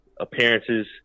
appearances